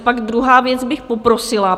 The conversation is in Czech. Pak druhá věc, bych poprosila.